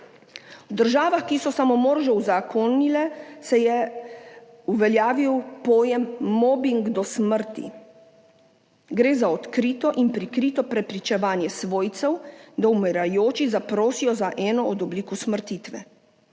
V državah, ki so samomor že uzakonile, se je uveljavil pojem mobing do smrti. Gre za odkrito in prikrito prepričevanje svojcev, da umirajoči zaprosijo za eno od oblik usmrtitve.